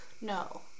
No